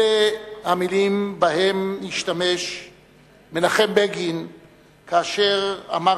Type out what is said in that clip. אלה המלים שבהן השתמש מנחם בגין כאשר אמר